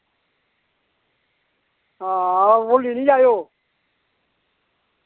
हां भुल्ली निं जाएओ